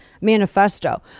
manifesto